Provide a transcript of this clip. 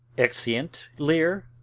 exeunt lear,